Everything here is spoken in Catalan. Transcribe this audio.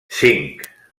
cinc